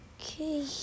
Okay